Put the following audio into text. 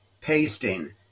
pasting